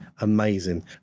amazing